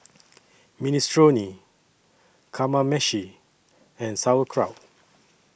Minestrone Kamameshi and Sauerkraut